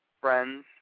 friends